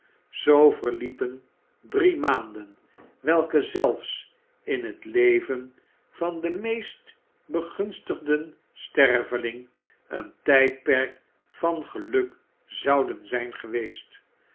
zoo verliepen drie maanden welke zelfs in het leven van den meest begunstigden sterveling een tijdperk van geluk zouden zijn geweest